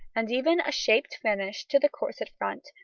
and even a shaped finish to the corset front,